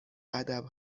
ادب